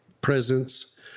presence